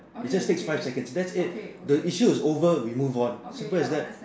it just takes five seconds that's it the issue is over we move on simple as that